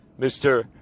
Mr